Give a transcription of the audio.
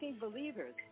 believers